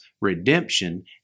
redemption